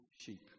sheep